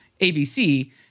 ABC